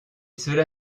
cela